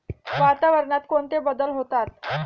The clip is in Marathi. वातावरणात कोणते बदल होतात?